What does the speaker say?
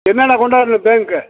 என்னென்ன கொண்டாருணும் பேங்க்கு